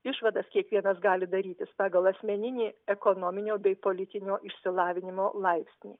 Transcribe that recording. išvadas kiekvienas gali darytis pagal asmeninį ekonominio bei politinio išsilavinimo laipsnį